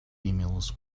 emails